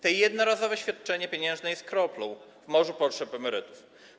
To jednorazowe świadczenie pieniężne jest kroplą w morzu potrzeb emerytów.